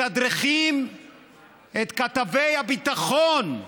מתדרכים את כתבי הביטחון: